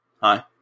Hi